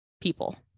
people